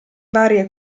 varie